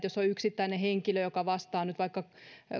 jos on yksittäinen henkilö joka vastaa nyt vaikka